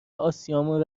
آسیامون